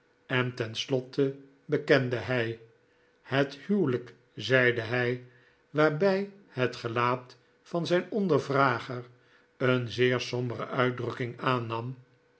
en ten slotte bekende hij het huwelijk zeide hij waarbij het gelaat van zijn ondervrager een zeer sombere uitdrukking aannam